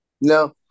No